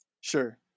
Sure